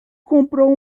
comprou